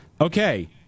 Okay